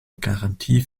garantie